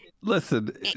listen